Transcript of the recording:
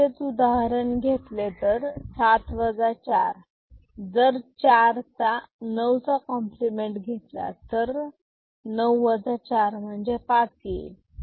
आधीचेच उदाहरण घेतले तर 7 4 तर चार चा 9 चा कॉम्प्लिमेंट घेतला तर नऊ 4 म्हणजे 5 येईल